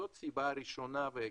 זו הסיבה הראשונה והעיקרית.